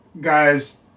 guys